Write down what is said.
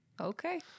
okay